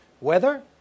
weather